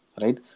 right